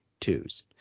twos